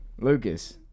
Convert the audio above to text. Lucas